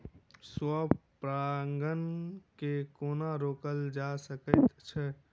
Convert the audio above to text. स्व परागण केँ कोना रोकल जा सकैत अछि?